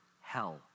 hell